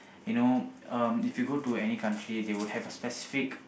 you know um if you go to any country they will have a specific